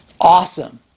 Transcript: awesome